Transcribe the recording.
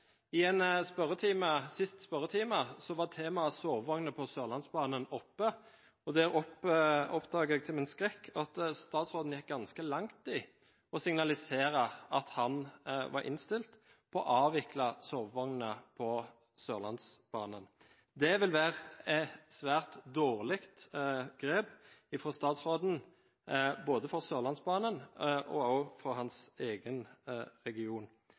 I siste spørretime var temaet sovevogner på Sørlandsbanen oppe. Da oppdaget jeg til min skrekk at statsråden gikk ganske langt i å signalisere at han var innstilt på å avvikle sovevognene på Sørlandsbanen. Det vil være et svært dårlig grep fra statsråden, både for Sørlandsbanen og også for hans egen region.